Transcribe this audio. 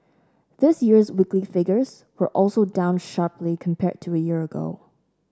this year's weekly figures were also down sharply compared to a year ago